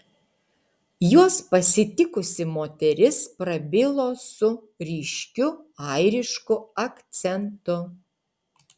juos pasitikusi moteris prabilo su ryškiu airišku akcentu